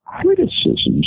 criticisms